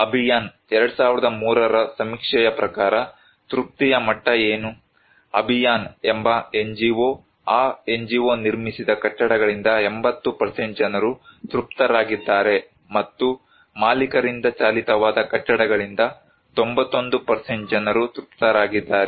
ಅಭಿಯಾನ್ 2003 ರ ಸಮೀಕ್ಷೆಯ ಪ್ರಕಾರ ತೃಪ್ತಿಯ ಮಟ್ಟ ಏನು ಅಭಿಯಾನ್ ಎಂಬ NGO ಆ NGO ನಿರ್ಮಿಸಿದ ಕಟ್ಟಡಗಳಿಂದ 80 ಜನರು ತೃಪ್ತರಾಗಿದ್ದಾರೆ ಮತ್ತು ಮಾಲೀಕರಿಂದ ಚಾಲಿತವಾದ ಕಟ್ಟಡಗಳಿಂದ 91 ಜನರು ತೃಪ್ತರಾಗಿದ್ದಾರೆ